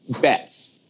bets